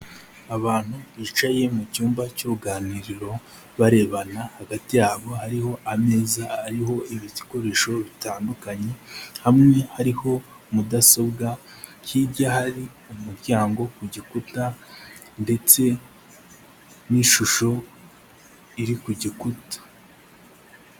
Abantu bicaye mu cyumba cy'uruganiriro barebana hagati yabo hariho ameza ariho ibikoresho bitandukanye hamwe hariho mudasobwa, hijya hari umuryango ku gikuta ndetse n'ishusho iri ku gikuta.